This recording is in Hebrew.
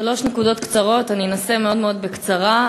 שלוש נקודות קצרות, אני אנסה מאוד מאוד בקצרה.